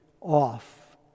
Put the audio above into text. off